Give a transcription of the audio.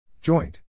Joint